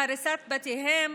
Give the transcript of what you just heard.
בהריסת בתיהם,